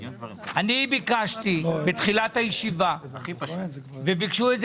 אני ביקשתי בתחילת הישיבה וביקשו את זה